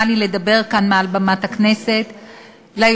לי לדבר כאן מעל במת הכנסת ליושב-ראש,